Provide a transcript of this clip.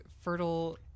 fertile